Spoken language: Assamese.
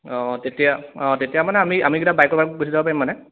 অঁ তেতিয়া অঁ তেতিয়া মানে আমি আমিকেইটা বাইকৰ লগত গুছি যাব পাৰিম মানে